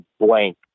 blank